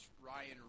Ryan